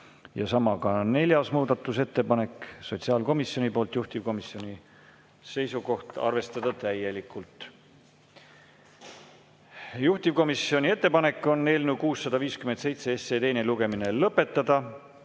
ja samuti neljas muudatusettepanek on sotsiaalkomisjonilt, juhtivkomisjoni seisukoht on arvestada täielikult. Juhtivkomisjoni ettepanek on eelnõu 657 teine lugemine lõpetada.